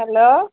hello